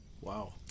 Wow